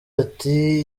ati